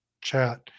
chat